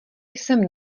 jsem